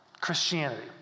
Christianity